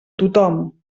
tothom